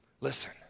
Listen